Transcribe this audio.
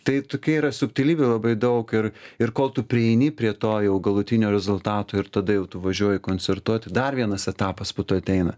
tai tokie yra subtilybių labai daug ir ir kol tu prieini prie to jau galutinio rezultato ir tada jau tu važiuoji koncertuoti dar vienas etapas po to ateina